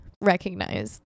recognize